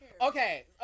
Okay